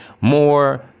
more